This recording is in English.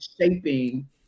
shaping